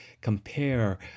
compare